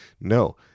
No